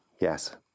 Yes